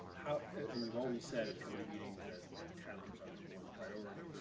and you've always said at company meetings that talent was our number one priority,